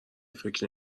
فکر